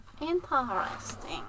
Interesting